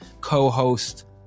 co-host